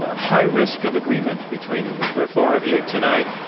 high risk of agreement between the four of you tonight.